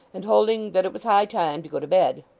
and holding that it was high time to go to bed.